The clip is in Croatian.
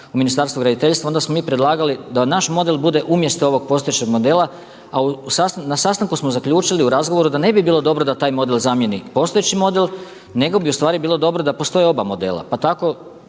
u Ministarstvu graditeljstva onda smo mi predlagali da naš model bude umjesto ovog postojećeg modela. A na sastanku smo zaključili u razgovoru, da ne bi bilo dobro da taj model zamijeni postojeći model, nego bi u stvari bilo dobro da postoje oba modela. Pa tako